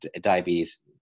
diabetes